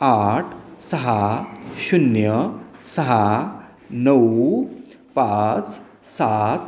आठ सहा शून्य सहा नऊ पाच सात